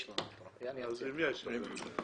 עבד אל חכים חאג' יחיא (הרשימה המשותפת): יש פתרון.